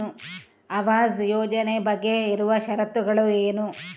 ಆವಾಸ್ ಯೋಜನೆ ಬಗ್ಗೆ ಇರುವ ಶರತ್ತುಗಳು ಏನು?